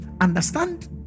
understand